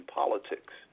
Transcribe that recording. politics